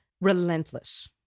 relentless